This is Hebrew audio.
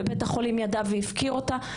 ובית החולים ידע והפקיר אותה,